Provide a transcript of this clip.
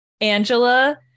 Angela